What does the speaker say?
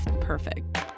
perfect